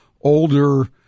older